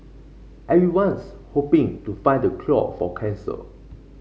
everyone's hoping to find the cure for cancer